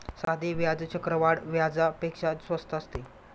साधे व्याज चक्रवाढ व्याजापेक्षा स्वस्त असते